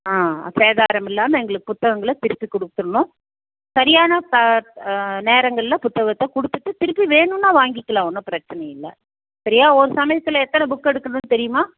ஆ சேதாரம் இல்லாமல் எங்களுக்கு புத்தங்கங்களை திருப்பி கொடுத்துர்ணும் சரியான ப நேரங்களில் புத்தகத்தை கொடுத்துட்டு திருப்பி வேணும்ன்னா வாங்கிக்கலாம் ஒன்றும் பிரச்சனை இல்லை சரியா ஒரு சமயத்தில் எத்தனை புக் எடுக்கணும்ன்னு தெரியுமா